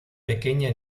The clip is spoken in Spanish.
pequeña